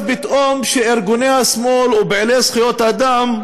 פתאום שארגוני השמאל או פעילי זכויות אדם,